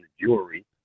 jewelry